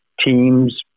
teams